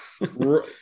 Right